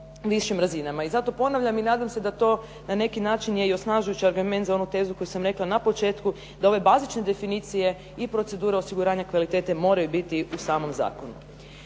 višim razinama. I zato ponavljam i nadam se da to na neki način je i osnažujući argument za onu tezu koju sam rekla na početku, da ove bazične definicije i procedura osiguranja kvalitete moraju biti u samom zakonu.